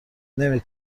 نمی